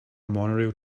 monorail